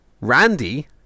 Randy